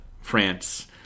France